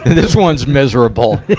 this one's miserable.